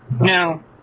Now